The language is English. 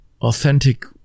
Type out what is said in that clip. authentic